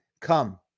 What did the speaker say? come